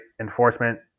enforcement